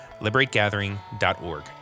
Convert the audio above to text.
liberategathering.org